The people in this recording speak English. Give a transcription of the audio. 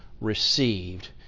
received